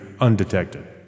undetected